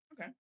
Okay